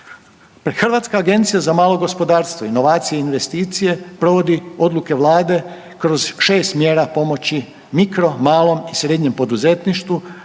Hrvatska agencija za malo gospodarstvo, inovacije i investicije provodi odluke Vlade kroz šest mjera pomoći mikro, malo i srednjem poduzetništvu